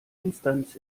instanz